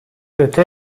öte